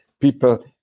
people